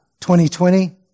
2020